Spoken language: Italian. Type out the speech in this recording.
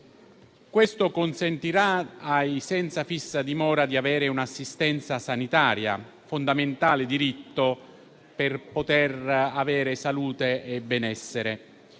Ciò consentirà ai senza fissa dimora di avere un'assistenza sanitaria, fondamentale diritto per poter avere salute e benessere.